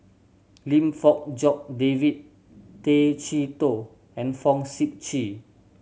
Lim Fong Jock David Tay Chee Toh and Fong Sip Chee